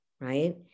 right